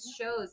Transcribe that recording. Shows